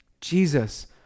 Jesus